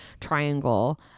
triangle